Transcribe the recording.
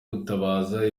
gutangaza